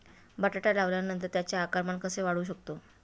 बटाटा लावल्यानंतर त्याचे आकारमान कसे वाढवू शकतो?